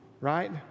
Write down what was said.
right